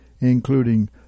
including